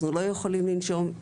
אנחנו לא יכולים לנשום.